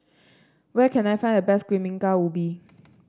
where can I find the best Kuih Bingka Ubi